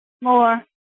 more